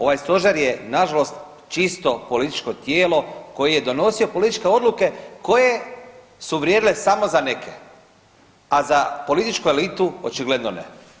Ovaj Stožer je, nažalost čisto političko tijelo koje je donosio političke odluke koje su vrijedile samo za neke, a za političku elitu očigledno ne.